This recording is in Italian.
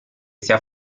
sia